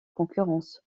concurrence